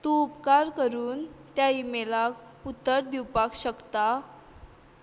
तूं उपकार करून त्या ईमेलाक उत्तर दिवपाक शकता